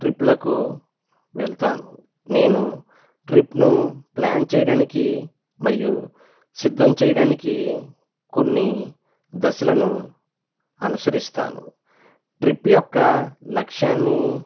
ట్రిప్లకు వెళ్తాను నేను ట్రిప్ను ప్లాన్ చేయడానికి మరియు సిద్ధం చేయడానికి కొన్ని దశలను అనుసరిస్తాను ట్రిప్ యొక్క లక్ష్యాన్ని